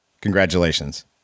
Congratulations